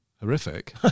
horrific